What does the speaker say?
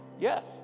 Yes